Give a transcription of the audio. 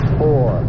four